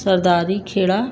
Sardari Kheda